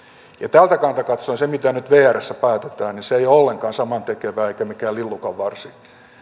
tältä kannalta katsoen se mitä nyt vrssä päätetään ei ole ollenkaan samantekevää eikä mikään lillukanvarsi